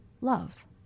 love